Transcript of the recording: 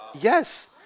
Yes